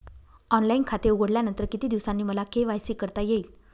Online खाते उघडल्यानंतर किती दिवसांनी मला के.वाय.सी करता येईल?